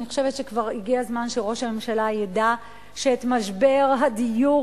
אני חושבת שכבר הגיע הזמן שראש הממשלה ידע שאת משבר הדיור